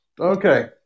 Okay